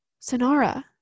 Sonara